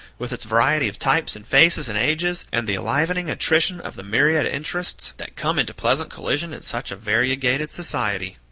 with its variety of types and faces and ages, and the enlivening attrition of the myriad interests that come into pleasant collision in such a variegated society.